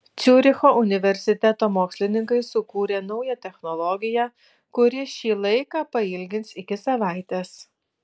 ciuricho universiteto mokslininkai sukūrė naują technologiją kuri šį laiką pailgins iki savaitės